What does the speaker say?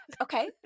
Okay